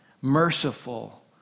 merciful